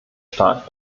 stark